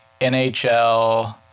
NHL